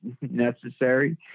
necessary